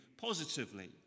positively